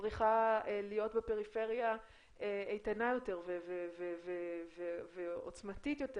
צריכה להיות בפריפריה איתנה יותר ועוצמתית יותר